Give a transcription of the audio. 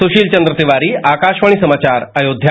सुशील चंद्र तिवारी आकाशवाणी समाचार अयोध्या